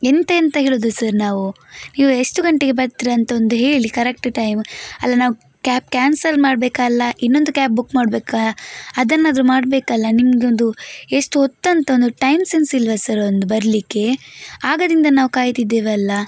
ಎಂತೆಂತ ಹೇಳುವುದು ಸರ್ ನಾವು ನೀವು ಎಷ್ಟು ಗಂಟೆಗೆ ಬರ್ತೀರಂತ ಒಂದು ಹೇಳಿ ಕರೆಕ್ಟ್ ಟೈಮ್ ಅಲ್ಲ ನಾವು ಕ್ಯಾಬ್ ಕ್ಯಾನ್ಸಲ್ ಮಾಡಬೇಕಲ್ಲ ಇನ್ನೊಂದು ಕ್ಯಾಬ್ ಬುಕ್ ಮಾಡಬೇಕಾ ಅದನ್ನಾದರೂ ಮಾಡಬೇಕಲ್ಲ ನಿಮಗೊಂದು ಎಷ್ಟು ಹೊತ್ತು ಅಂತ ಒಂದು ಟೈಮ್ ಸೆನ್ಸ್ ಇಲ್ವ ಸರ್ ಒಂದು ಬರಲಿಕ್ಕೆ ಆಗಲಿಂದ ನಾವು ಕಾಯ್ತಿದ್ದೇವಲ್ಲ